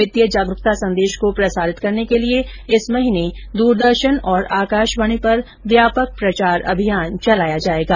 वित्तीय जागरूकता संदेश को प्रसारित करने के लिए इस महीने दूरदर्शन और आकाशवाणी पर व्यापक प्रचार अभियान चलाया जाएगा